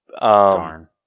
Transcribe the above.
Darn